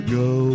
go